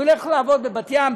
הוא ילך לעבוד בבת ים,